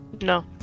no